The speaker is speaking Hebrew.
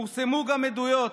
פורסמו גם עדויות.